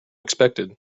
expected